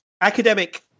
academic